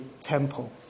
temple